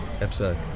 episode